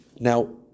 Now